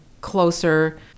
closer